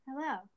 Hello